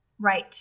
Right